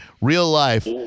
real-life